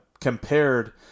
compared